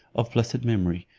of blessed memory,